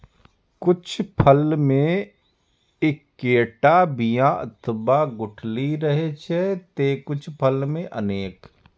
कुछ फल मे एक्केटा बिया अथवा गुठली रहै छै, ते कुछ फल मे अनेक